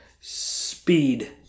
Speed